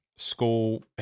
School